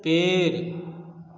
पेड़